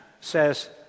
says